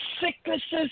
sicknesses